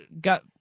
got